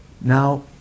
Now